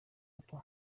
apple